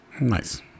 Nice